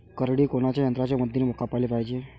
करडी कोनच्या यंत्राच्या मदतीनं कापाले पायजे?